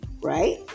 right